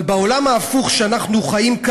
אבל בעולם ההפוך שאנחנו חיים,